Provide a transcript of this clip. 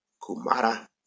Kumara